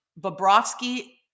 Bobrovsky